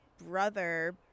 brother